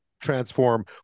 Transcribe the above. transform